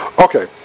Okay